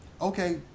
okay